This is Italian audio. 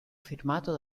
firmato